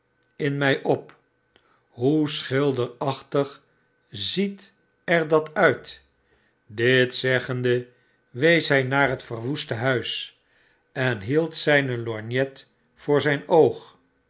in mij op hoe schilderachtig ziet er dat uit dit zeggende wees hij naar het verwoeste huis en hield zijne lorgnet voor zijn oog